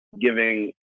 giving